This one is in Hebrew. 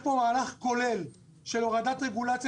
יש פה מהלך כולל של הורדת רגולציה